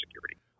security